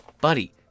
buddy